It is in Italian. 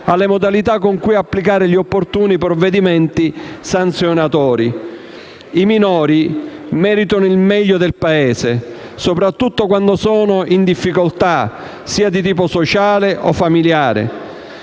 alle modalità con cui applicare gli opportuni provvedimenti sanzionatori». I minori meritano il meglio del Paese, soprattutto quando sono in difficoltà, sia di tipo sociale che familiare.